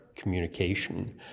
communication